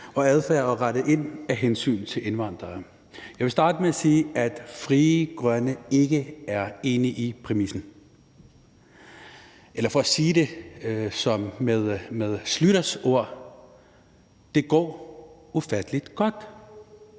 og adfærd og rette ind af hensyn til indvandrere? Jeg vil starte med at sige, at Frie Grønne ikke er enige i præmissen – eller for at sige det med Schlüters ord: Det går ufattelig godt.